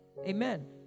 amen